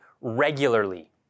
regularly